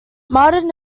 martin